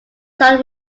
son